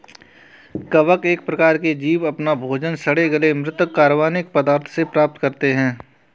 कवक एक प्रकार के जीव अपना भोजन सड़े गले म्रृत कार्बनिक पदार्थों से प्राप्त करते हैं